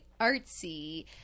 artsy